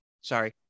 Sorry